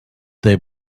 they